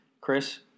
Chris